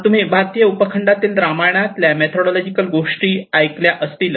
तुम्ही भारतीय उपखंडातील रामायणातल्या मेथोडोलॉजिकल गोष्टी ऐकले असतील